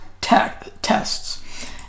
tests